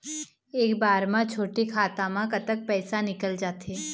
एक बार म छोटे खाता म कतक पैसा निकल जाथे?